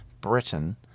Britain –